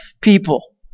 people